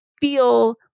feel